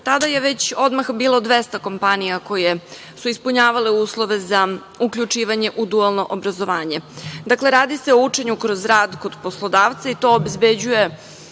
Tada je već odmah bilo 200 kompanija koje su ispunjavale uslove za uključivanje u dualno obrazovanje. Dakle, radi se o učenju kroz rad kod poslodavca, i to obezbeđuje